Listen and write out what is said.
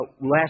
Last